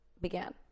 began